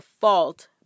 fault